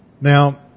Now